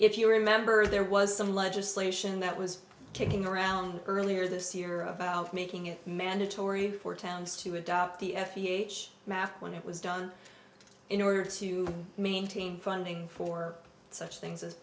if you remember there was some legislation that was kicking around earlier this year about making it mandatory for towns to adopt the f e h map when it was done in order to maintain funding for such things as